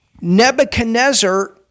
Nebuchadnezzar